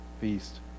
feast